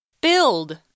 Build